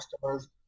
customers